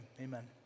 amen